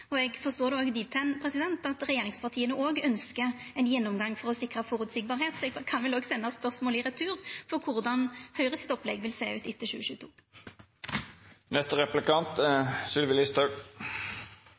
Eg forstår det òg dit hen at regjeringspartia òg ønskjer ein gjennomgang for å sikra føreseielege forhold, så eg kan vel senda spørsmålet i retur: korleis vil Høgres opplegg sjå ut etter 2022. Arbeiderpartiet er